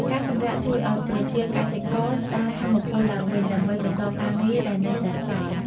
ការសម្រាកជួយឱ្យប្រជាកសិករស្ដារថាមពលឡើងវិញ ដើម្បីបន្តការងារដែលនៅសេសសល់។